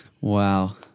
Wow